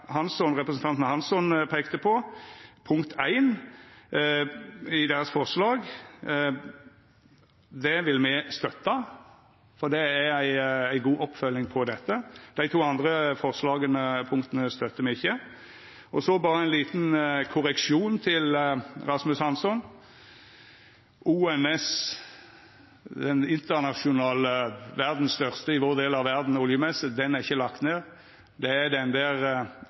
representanten Hansson peikte på – forslag nr. 1 – vil me støtta, for det er ei god oppfølging av dette. Dei to andre forslaga støttar me ikkje. Så berre ein liten korreksjon til Rasmus Hansson: ONS – den største internasjonale oljemessa i vår del av verda – er ikkje lagd ned. Det er den